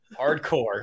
hardcore